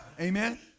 Amen